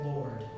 Lord